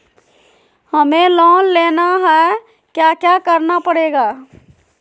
हमें लोन लेना है क्या क्या करना पड़ेगा?